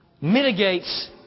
mitigates